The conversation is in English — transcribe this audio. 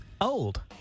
old